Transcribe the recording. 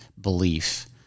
belief